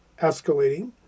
escalating